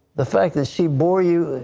the fact that she bore you,